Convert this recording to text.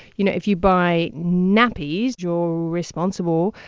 you know, if you buy nappies, you're responsible,